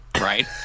right